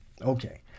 Okay